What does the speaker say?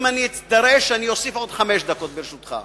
אם אני אדרש, אני אוסיף עוד חמש דקות, ברשותך.